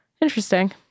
interesting